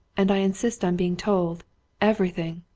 and i insist on being told everything!